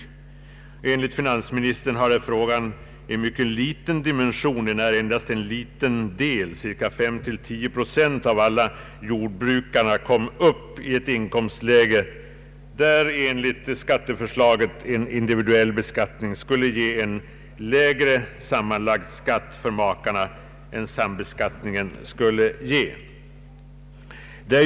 Enligt finansministern hade frågan en mycket liten dimension, enär endast cirka 5—10 procent av alla jordbrukare kommer upp till ett inkomstläge där enligt skatteförslaget en individuell beskattning skulle ge en lägre sammanlagd skatt för makarna än sambeskattningen skulle göra.